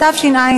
התשע"ד